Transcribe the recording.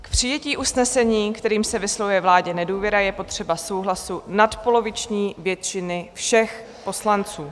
K přijetí usnesení, kterým se vyslovuje vládě nedůvěra, je potřeba souhlasu nadpoloviční většiny všech poslanců.